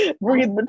breathe